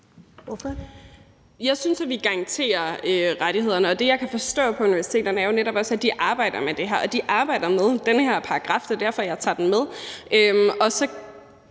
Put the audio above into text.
Jeg synes, at vi garanterer rettighederne, og det, jeg kan forstå på universiteterne, er jo netop også, at de arbejder med det her. De arbejder med den her paragraf, det er derfor, jeg tager den med.